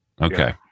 Okay